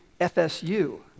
FSU